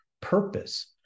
purpose